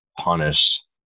punished